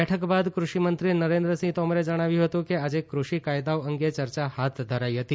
બેઠક બાદ કૃષિમંત્રી નરેન્દ્ર સિંહ તોમરે જણાવ્યું હતું કે આજે કૃષિ કાયદાઓ અંગે યર્યા હાથ ધરાઈ હતી